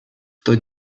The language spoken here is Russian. тот